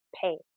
pay